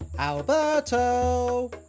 Alberto